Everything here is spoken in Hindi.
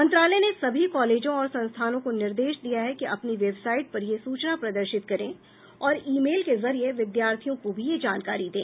मंत्रालय ने सभी कॉलेजों और संस्थानों को निर्देश दिया है कि अपनी वेबसाइट पर यह सूचना प्रदर्शित करें और ईमेल के जरिए विद्यार्थियों को भी यह जानकारी दें